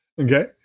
Okay